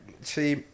see